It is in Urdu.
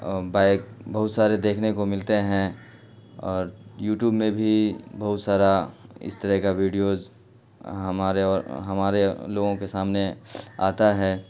بائک بہت سارے دیکھنے کو ملتے ہیں اور یوٹوب میں بھی بہت سارا اس طرح کا ویڈیوز ہمارے اور ہمارے لوگوں کے سامنے آتا ہے